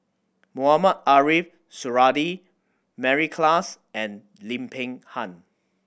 Mohamed Ariff Suradi Mary Klass and Lim Peng Han